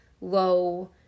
low